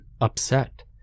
upset